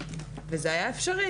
וזה היה אפשרי.